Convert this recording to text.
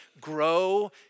Grow